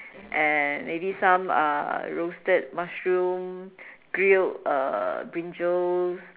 and maybe some uh roasted mushroom grilled uh brinjals